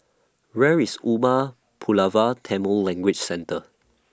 Where IS Umar Pulavar Tamil Language Centre